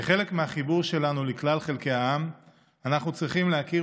כחלק מהחיבור שלנו לכלל חלקי העם אנחנו צריכים להכיר